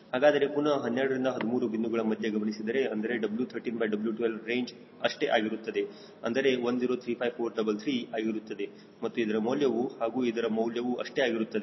ಹಾಗಾದರೆ ಪುನಹ 12 ರಿಂದ 13 ಬಿಂದುಗಳ ಮಧ್ಯೆ ಗಮನಿಸಿದರೆ ಅಂದರೆ W13W12 ರೇಂಜ್ ಅಷ್ಟೇ ಆಗಿರುತ್ತದೆ ಅಂದರೆ 1035433 ಆಗಿರುತ್ತದೆ ಮತ್ತು ಇದರ ಮೌಲ್ಯವು ಹಾಗೂ ಇದರ ಮೌಲ್ಯವು ಅಷ್ಟೇ ಆಗಿರುತ್ತದೆ